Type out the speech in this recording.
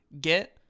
get